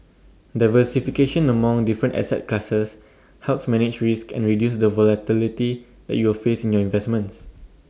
diversification among different asset classes helps manage risk and reduce the volatility that you will face in your investments